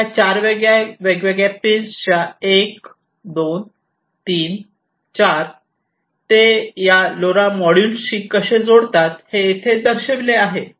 तर या चार वेगवेगळ्या पिनच्या 1 2 3 4 ते या लोरा मॉड्यूलशी कसे जोडतात ते येथे दर्शविले आहे